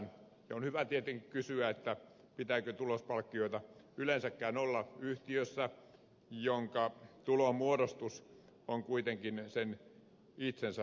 on hyvä tietenkin kysyä pitääkö tulospalkkioita yleensäkään olla yhtiössä jonka tulonmuodostus on kuitenkin sen itsensä säädeltävissä